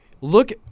look